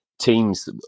teams